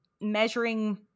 measuring